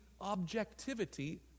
objectivity